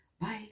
Bye